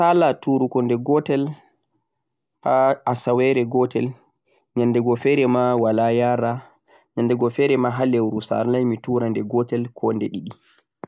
Miwala sala turugo nde gotel ha asawere gotel, nyandego fere ma mi wala tura, ha leuru ma salata nde go'o koh nde ɗiɗi.